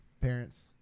parents